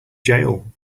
jail